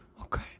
okay